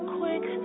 quick